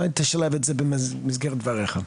אולי תשלב את זה במסגרת דבריך.